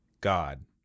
God